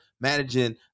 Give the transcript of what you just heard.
managing